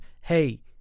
hey